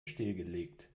stillgelegt